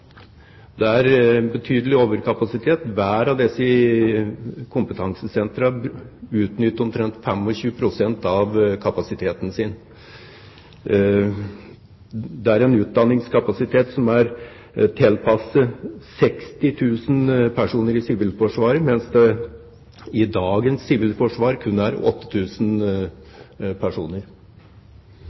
det er betydelig overkapasitet. Hver av disse kompetansesentrene utnytter omtrent 25 pst. av kapasiteten sin. Det er en utdanningskapasitet som er tilpasset 60 000 personer i Sivilforsvaret, mens det i dagens sivilforsvar kun er 8 000 personer.